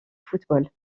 football